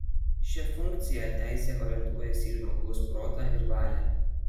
šia funkciją teisė orientuojasi į žmogaus protą ir valią